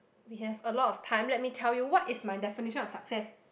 we have a lot of time let me tell you what is my definition of success